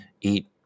eat